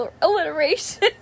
alliteration